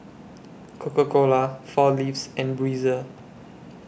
Coca Cola four Leaves and Breezer